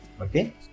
okay